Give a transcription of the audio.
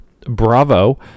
Bravo